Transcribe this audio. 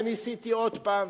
וניסיתי עוד פעם,